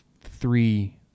three